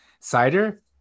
cider